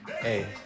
hey